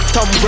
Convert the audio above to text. Tom